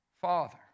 Father